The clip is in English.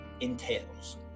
entails